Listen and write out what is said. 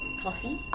coffee.